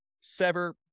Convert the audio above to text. sever